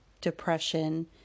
depression